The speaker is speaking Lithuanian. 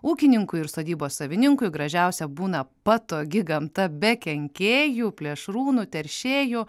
ūkininkui ir sodybos savininkui gražiausia būna patogi gamta be kenkėjų plėšrūnų teršėjų